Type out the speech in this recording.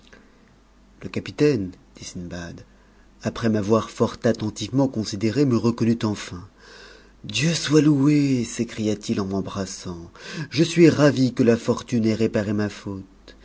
le capitaine dit sindbad après m'avoir fort attentivement consi déré me reconnut enfin dieu soit loué s'écria-t-il en m'embrassant je suis ravi que la fortune ait réparé ma faute